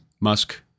Musk